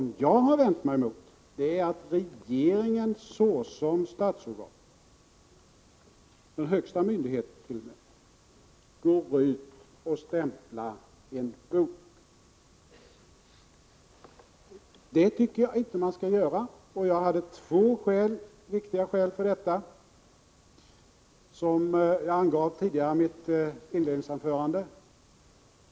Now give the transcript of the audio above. Vad jag har vänt mig mot är att regeringen såsom statsorgan, som högsta myndighet t.o.m., går ut och stämplar en bok. Det tycker jag icke att regeringen skall göra. Jag hade två viktiga skäl för detta, som jag angav i mitt inledningsanförande.